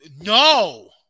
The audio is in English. No